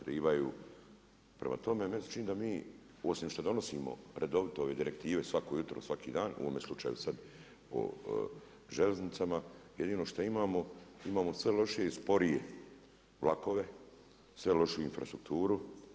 Prema tome meni se čini da mi osim što donosimo redovito ove direktive svako jutro, svaki dan, u ovome slučaju sada o željeznicama, jedino šta imamo, imamo sve lošije i sporije vlakove, sve lošiju infrastrukturu.